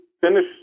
finish